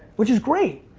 which is great!